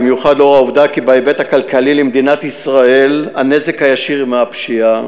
במיוחד לנוכח העובדה שבהיבט הכלכלי הנזק הישיר למדינת ישראל מהפשיעה